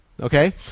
Okay